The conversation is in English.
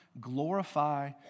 glorify